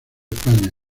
españa